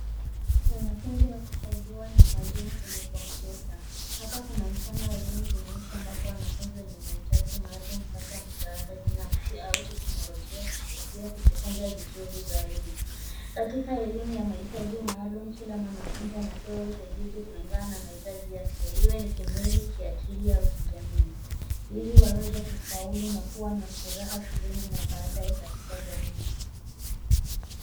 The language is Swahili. Wanafunzi wakisaidiwa na mwalimu kwenye kompyuta. Hapa kuna mfano wa elimu jumuisha ambapo wanafunzi wenye mahitaji maalum hupata msaada binafsi au teknolojia ya kusaidia kujifunza vizuri zaidi. Katika elimu ya mahitaji maalum, kila mwanafunzi anapewa usaidizi kulingana na mahitaji yake iwe ni kimwili, kiakili au kijamii, ili waweze kufaulu na kuwa na furaha shuleni na baadaye katika jamii.